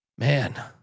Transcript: Man